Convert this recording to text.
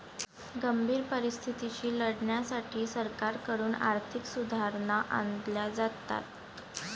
गंभीर परिस्थितीशी लढण्यासाठी सरकारकडून आर्थिक सुधारणा आणल्या जातात